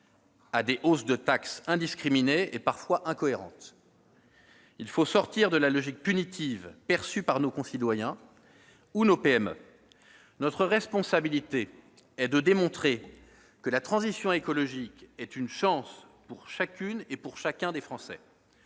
à des hausses de taxe indiscriminées et parfois incohérentes. Il faut sortir de la logique punitive perçue par nos concitoyens ou nos PME. Notre responsabilité est de démontrer que la transition écologique est une chance pour chacune et chacun des Français.